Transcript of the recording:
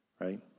right